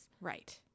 Right